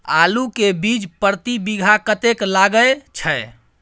आलू के बीज प्रति बीघा कतेक लागय छै?